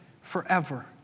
forever